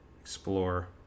Explore